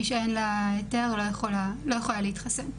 מי שאין לה היתר לא יכולה להתחסן.